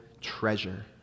treasure